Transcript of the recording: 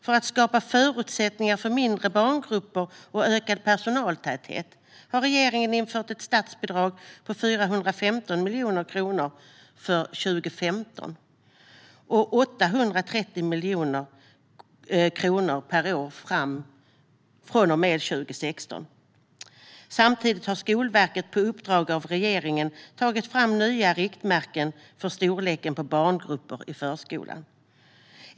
För att skapa förutsättningar för mindre barngrupper och ökad personaltäthet har regeringen infört ett statsbidrag på 415 miljoner kronor för 2015 och 830 miljoner kronor per år från och med 2016. Samtidigt har Skolverket på uppdrag av regeringen tagit fram nya riktmärken för storleken på barngrupperna i förskolan.